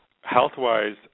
Health-wise